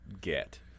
get